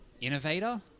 Innovator